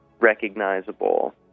recognizable